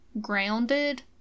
grounded